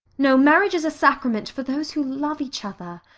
no marriage is a sacrament for those who love each other.